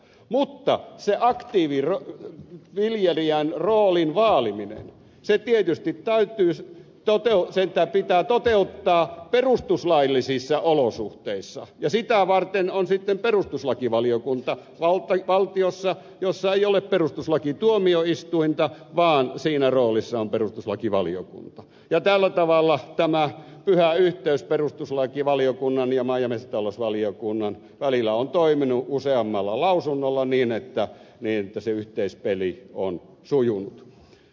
mutta sitä aktiiviviljelijän roolin vaalimista tietysti pitää toteuttaa perustuslaillisissa olosuhteissa ja sitä varten on sitten perustuslakivaliokunta valtiossa jossa ei ole perustuslakituomioistuinta vaan siinä roolissa on perustuslakivaliokunta ja tällä tavalla tämä pyhä yhteys perustuslakivaliokunnan ja maa ja metsätalousvaliokunnan välillä on toiminut useammalla lausunnolla niin että se yhteispeli on sujunut